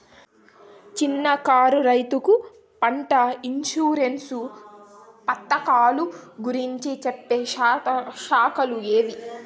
చిన్న కారు రైతుకు పంట ఇన్సూరెన్సు పథకాలు గురించి చెప్పే శాఖలు ఏవి?